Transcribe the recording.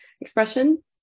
expression